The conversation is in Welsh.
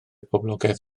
poblogaidd